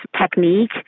technique